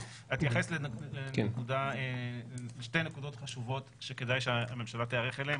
אני אתייחס לשתי נקודות חשובות שכדאי שהממשלה תיערך אליהן,